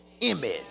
image